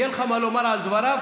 יש לך מה לומר על דבריו?